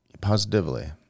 Positively